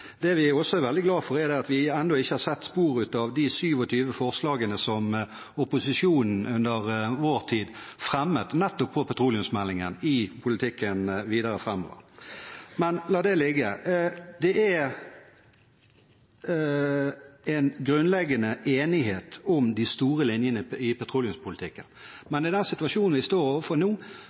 Det vi også er veldig glade for, er at vi ennå ikke har sett spor av de 27 forslagene som opposisjonen under vår tid fremmet nettopp i forbindelse med petroleumsmeldingen, i politikken videre framover. Men la det ligge. Det er en grunnleggende enighet om de store linjene i petroleumspolitikken, men i den situasjonen vi står overfor nå,